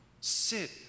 Sit